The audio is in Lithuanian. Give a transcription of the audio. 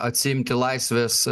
atsiimti laisvės